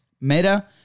Meta